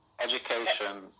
Education